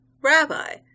Rabbi